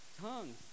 Tongues